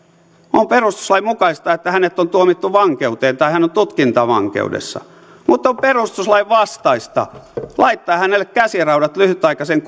on perustuslain mukaista että hänet on tuomittu vankeuteen tai hän on tutkintavankeudessa mutta on perustuslain vastaista laittaa hänelle käsiraudat lyhytaikaisen